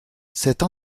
cette